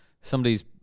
somebody's